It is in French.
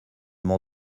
m’en